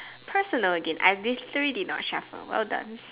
personal again I literally did not shuffle well done